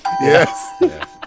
yes